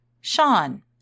Sean